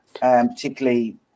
particularly